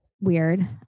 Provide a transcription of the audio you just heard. Weird